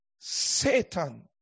Satan